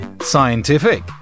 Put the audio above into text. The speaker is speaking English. Scientific